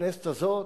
בכנסת הזו,